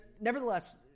nevertheless